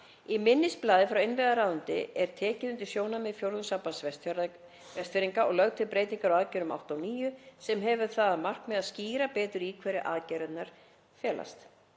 Í minnisblaði frá innviðaráðuneyti er tekið undir sjónarmið Fjórðungssambands Vestfirðinga og lögð til breyting á aðgerðum 8 og 9 sem hefur það að markmiði að skýra betur í hverju aðgerðirnar felast.